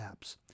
apps